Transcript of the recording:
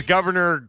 Governor